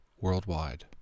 worldwide